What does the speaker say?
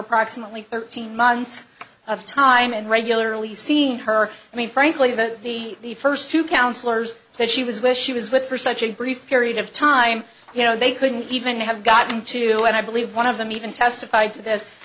approximately thirteen months of time and regularly seeing her i mean frankly to be the first to counselors that she was where she was with for such a brief period of time you know they couldn't even have gotten to and i believe one of them even testif